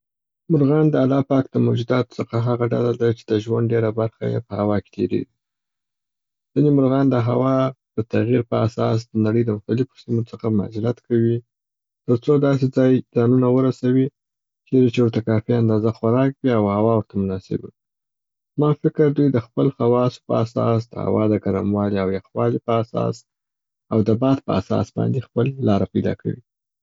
مرغان د الله پاک د موجوداتو څخه هغه ډله ده چې د ژوند ډېره برخه یې په هوا کي تیریږي. ځیني مرغان د هوا د تغیر په اساس د نړۍ د مختلیفو سیمو څخه مهاجرت کوي تر څو داسي ځای ځانونه ورسوي چیري چې ورته کافي اندازه خوراک وي او هوا ورته مناسبه وي. زما په فکر دوي د خپل خواصو په اساس، د هوا د ګرموالي او یخوالي په اساس او د باد په اساس باندي خپل لاره پیدا کوي.